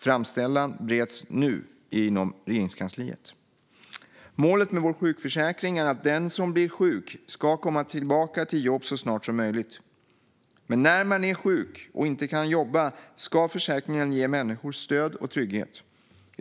Framställan bereds nu inom Regeringskansliet. Målet med vår sjukförsäkring är att den som blir sjuk ska komma tillbaka till jobb så snart som möjligt. Men när man är sjuk och inte kan jobba ska försäkringen ge människor stöd och trygghet.